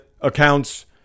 accounts